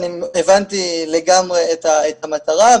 אני הבנתי לגמרי את המטרה,